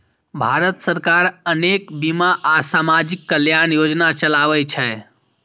भारत सरकार अनेक बीमा आ सामाजिक कल्याण योजना चलाबै छै